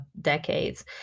decades